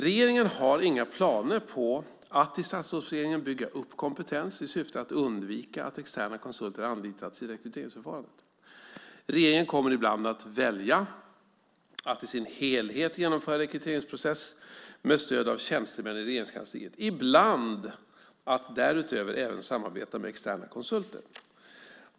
Regeringen har inga planer på att i Statsrådsberedningen bygga upp kompetens i syfte att undvika att externa konsulter anlitas i rekryteringsförfarandet. Regeringen kommer ibland att välja att i sin helhet genomföra en rekryteringsprocess med stöd av tjänstemän i Regeringskansliet, ibland att därutöver även samarbeta med externa konsulter.